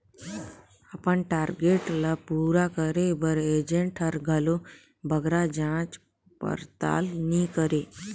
अपन टारगेट ल पूरा करे बर एजेंट हर घलो बगरा जाँच परताल नी करे